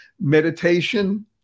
meditation